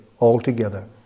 altogether